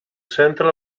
centre